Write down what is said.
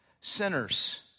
Sinners